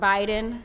Biden